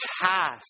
task